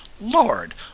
lord